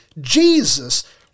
Jesus